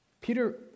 Peter